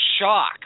shock